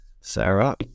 Sarah